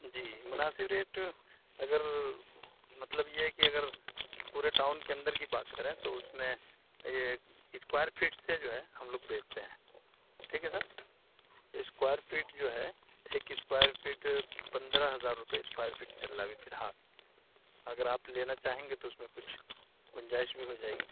جی مناسب ریٹ اگر مطلب یہ کہ اگر پورے ٹاؤن کے اندر کی بات کریں تو اس میں یہ اسکوائر پھٹ سے جو ہے ہم لوگ بیچتے ہیں ٹھیک ہے سر اسکوائر پھٹ جو ہے ایک اسکوائر پھٹ پندرہ ہزار روپئے اسکوائر پھٹ چل رہا ہے ابھی فی الحال اگر آپ لینا چاہیں گے تو اس میں کچھ گنجائش بھی ہو جائے گی